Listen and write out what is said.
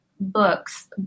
books